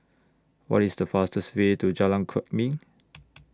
What IS The fastest Way to Jalan Kwok Min